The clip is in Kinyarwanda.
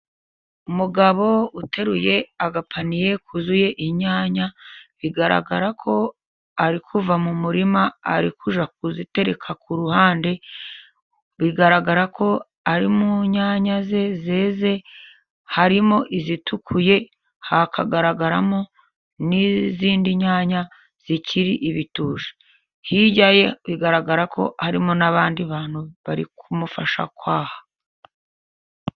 Umugabo uteruye agapaniye kuzuye inyanya, bigaragara ko ari kuva mu murima ari kujya kuzitereka ku ruhande, bigaragara ko ari mu nyanya ze zeze, harimo izitukuye hakagaragaramo n'izindi nyanya zikiri ibitusha, hirya ye bigaragara ko harimo n'abandi bantu bari kumufasha kwaha.